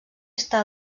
està